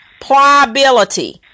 pliability